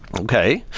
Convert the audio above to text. okay.